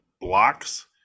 blocks